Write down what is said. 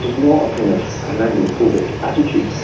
you know a kind of and anglophobic attitude.